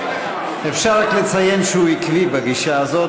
אפשר רק לציין שהוא עקבי בגישה הזאת.